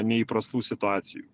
neįprastų situacijų